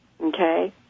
Okay